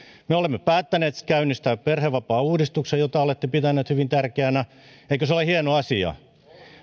me olemme päättäneet käynnistää perhevapaauudistuksen jota olette pitäneet hyvin tärkeänä eikö se ole hieno asia